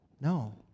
No